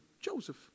Joseph